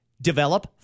develop